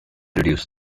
reduced